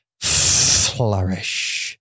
flourish